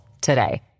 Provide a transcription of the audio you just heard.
today